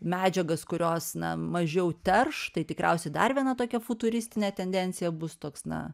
medžiagas kurios na mažiau terš tai tikriausiai dar viena tokia futuristinė tendencija bus toks na